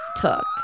took